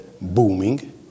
booming